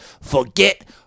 Forget